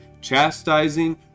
chastising